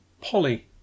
Polly